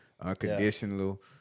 unconditional